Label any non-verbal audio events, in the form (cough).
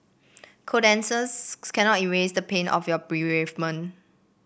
condolences (unintelligible) cannot erase the pain of your bereavement